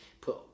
put